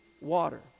water